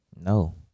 No